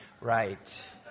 right